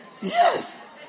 Yes